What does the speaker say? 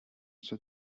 zur